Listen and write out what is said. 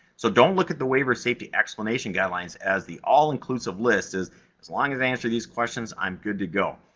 so, don't look at the waiver safety explanation guidelines as the all-inclusive list, as as long as i answer these questions, i'm good to go.